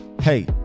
Hey